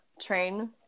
train